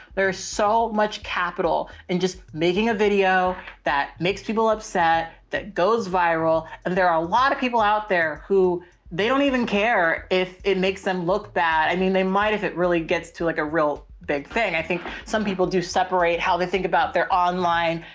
so much capital and just making a video that makes people upset, that goes viral. and there are a lot of people out there who they don't even care if it makes them look bad. i mean they might, if it really gets to like a real big thing. i think some people do separate how they think about their online,